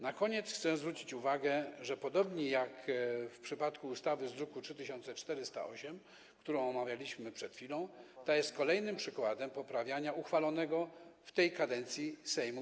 Na koniec chcę zwrócić uwagę, że podobnie jak w przypadku ustawy z druku nr 3408, którą omawialiśmy przed chwilą, ta nowelizacja jest kolejnym przykładem poprawiania prawa uchwalonego w tej kadencji Sejmu.